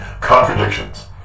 contradictions